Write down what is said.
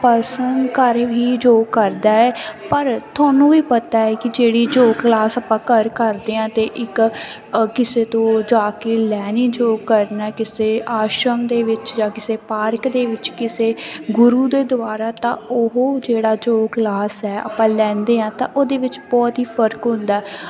person ਘਰ ਵੀ ਯੋਗ ਕਰਦਾ ਹੈ ਪਰ ਤੁਹਾਨੂੰ ਵੀ ਪਤਾ ਹੈ ਕਿ ਜਿਹੜੀ ਯੋਗ ਕਲਾਸ ਆਪਾਂ ਘਰ ਕਰਦੇ ਹਾਂ ਅਤੇ ਇੱਕ ਕਿਸੇ ਤੋਂ ਜਾ ਕੇ ਲੈਣੀ ਯੋਗ ਕਰਨਾ ਕਿਸੇ ਆਸ਼ਰਮ ਦੇ ਵਿੱਚ ਜਾਂ ਕਿਸੇ ਪਾਰਕ ਦੇ ਵਿੱਚ ਕਿਸੇ ਗੁਰੂ ਦੇ ਦੁਆਰਾ ਤਾਂ ਉਹ ਜਿਹੜਾ ਯੋਗ ਕਲਾਸ ਹੈ ਆਪਾਂ ਲੈਂਦੇ ਹਾਂ ਤਾਂ ਉਹਦੇ ਵਿੱਚ ਬਹੁਤ ਹੀ ਫਰਕ ਹੁੰਦਾ